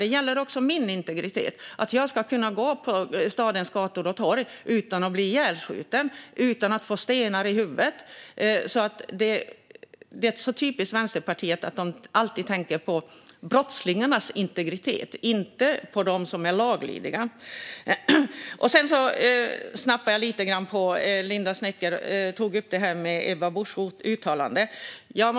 Det gäller också min integritet - att jag ska kunna gå på stadens gator och torg utan att bli ihjälskjuten eller få stenar i huvudet. Det är så typiskt Vänsterpartiet att de alltid tänker på brottslingarnas integritet, inte på dem som är laglydiga. Jag nappar lite på det som Linda Snecker tog upp gällande Ebba Buschs uttalande.